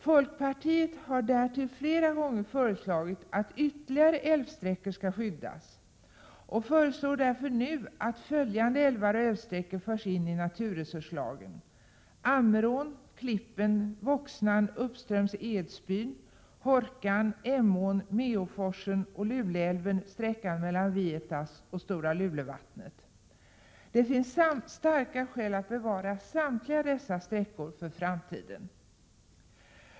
Folkpartiet har därtill flera gånger föreslagit att ytterligare älvsträckor skall skyddas, och vi föreslår därför nu att följande älvar och älvsträckor förs in i naturresurslagen: Ammerån, Klippen, Voxnan uppströms Edsbyn, Hårkan, Emån, Meåforsen och Luleälven samt sträckan mellan Vietas och Stora Lulevattnet. Det finns starka skäl för att bevara samtliga dessa sträckor för framtiden.